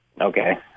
Okay